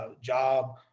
job